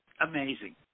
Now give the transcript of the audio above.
amazing